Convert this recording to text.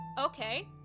Okay